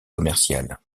commercial